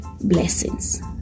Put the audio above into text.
blessings